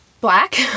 black